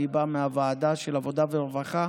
אני בא מוועדת העבודה והרווחה,